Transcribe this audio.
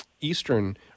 eastern